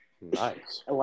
Nice